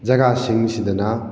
ꯖꯒꯥꯁꯤꯡꯁꯤꯗꯅ